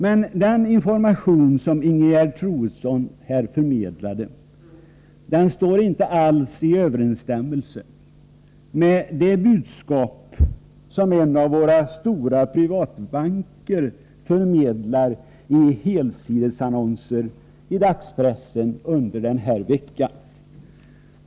Men den information som Ingegerd Troedsson förmedlade står inte alls i överensstämmelse med det budskap som en av våra stora privatbanker förmedlar i helsidesannonser i dagspressen under den här veckan.